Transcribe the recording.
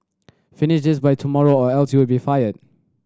finish this by tomorrow or else you'll be fired